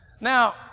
Now